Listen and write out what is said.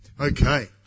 Okay